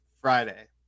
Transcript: Friday